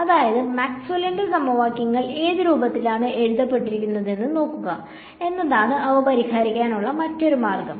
അതായത് മാക്സ്വെല്ലിന്റെ സമവാക്യങ്ങൾ ഏത് രൂപത്തിലാണ് എഴുതപ്പെട്ടിരിക്കുന്നതെന്ന് നോക്കുക എന്നതാണ് അവ പരിഹരിക്കാനുള്ള മറ്റൊരു മാർഗം